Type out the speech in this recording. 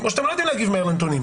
או שאתם לא יודעים להגיב מהר לנתונים.